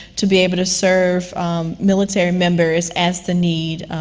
to be able to serve military members as the need,